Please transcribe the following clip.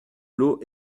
l’eau